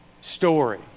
story